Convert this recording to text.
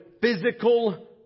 physical